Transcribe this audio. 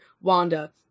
Wanda